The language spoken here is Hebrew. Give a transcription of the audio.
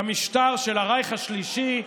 למשטר של הרייך השלישי,